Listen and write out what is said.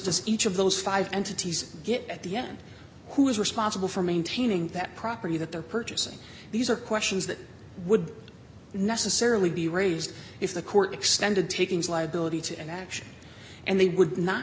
does each of those five entities get at the end who is responsible for maintaining that property that they're purchasing these are questions that would necessarily be raised if the court extended takings liability to an action and they would not